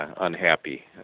unhappy